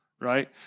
Right